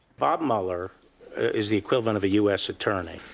bob mueller is the equivalent of a u s. attorney.